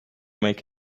make